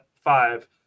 five